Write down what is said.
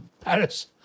Paris